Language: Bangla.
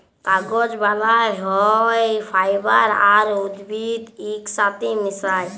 কাগজ বালাল হ্যয় ফাইবার আর উদ্ভিদ ইকসাথে মিশায়